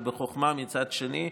ובחוכמה מצד שני,